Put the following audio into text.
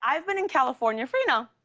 i've been in california for, you know,